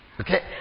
Okay